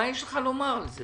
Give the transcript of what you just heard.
מה יש לך לומר על זה?